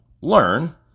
learn